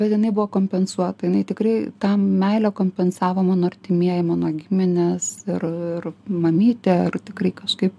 bet jinai buvo kompensuota jinai tikrai ta meilė kompensavo mano artimieji mano giminės ir ir mamytė ar tikrai kažkaip